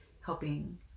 helping